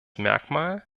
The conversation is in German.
merkmal